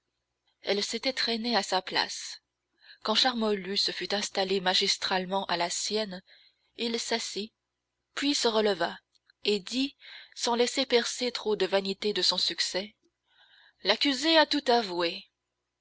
elle s'était traînée à sa place quand charmolue se fut installé magistralement à la sienne il s'assit puis se releva et dit sans laisser percer trop de vanité de son succès l'accusée a tout avoué